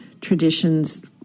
traditions